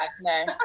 no